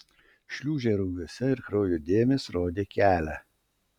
šliūžė rugiuose ir kraujo dėmės rodė kelią